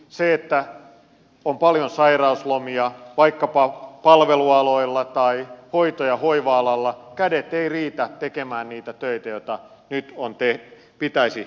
kun on paljon sairauslomia vaikkapa palvelualoilla tai hoito ja hoiva alalla niin kädet eivät riitä tekemään niitä töitä joita nyt pitäisi tehdä